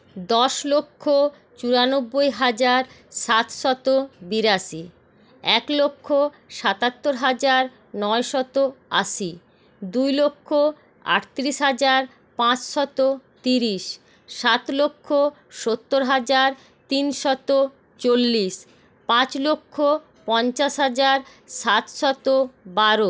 দশ লক্ষ চুরানব্বই হাজার সাতশত বিরাশি এক লক্ষ সাতাত্তর হাজার নয়শত আশি দুই লক্ষ আটতিরিশ হাজার পাঁচশত তিরিশ সাত লক্ষ সত্তর হাজার তিনশত চল্লিশ পাঁচ লক্ষ পঞ্চাশ হাজার সাতশত বারো